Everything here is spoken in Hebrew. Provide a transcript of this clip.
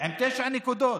עם תשע נקודות,